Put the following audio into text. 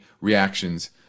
reactions